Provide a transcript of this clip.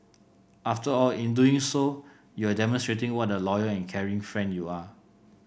after all in doing so you are demonstrating what a loyal and caring friend you are